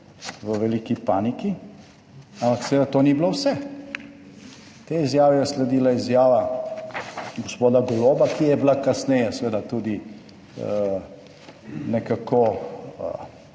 v veliki paniki, ampak seveda to ni bilo vse. Tej izjavi je sledila izjava gospoda Goloba, ki je bila kasneje seveda tudi nekako